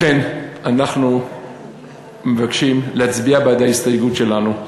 לכן אנחנו מבקשים להצביע בעד ההסתייגות שלנו,